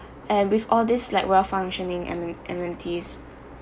and with all these like well functioning ameni~ amenities